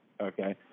okay